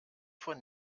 von